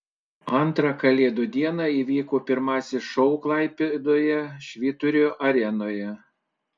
antrą kalėdų dieną įvyko pirmasis šou klaipėdoje švyturio arenoje